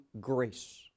grace